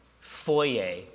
foyer